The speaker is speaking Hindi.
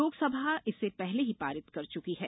लोकसभा इसे पहले ही पारित कर चुकी है